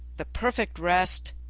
the perfect rest,